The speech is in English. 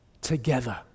Together